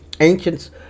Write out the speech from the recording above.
ancients